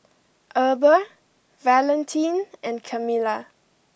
Eber Valentin and Camilla